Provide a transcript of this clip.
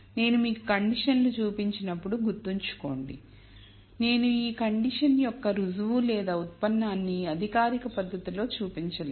నేను మీకు కండిషన్లు చూపించినప్పుడు గుర్తుంచుకోండి నేను ఈ కండిషన్ యొక్క రుజువు లేదా ఉత్పన్నాన్ని అధికారిక పద్ధతిలో చూపించలేదు